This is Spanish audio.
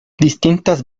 distintas